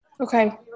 Okay